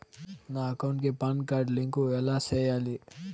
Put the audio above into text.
నా అకౌంట్ కి PAN card link ఎలా సేయాలి